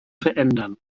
verändern